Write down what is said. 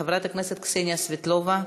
חברת הכנסת קסניה סבטלובה.